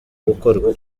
gukorwa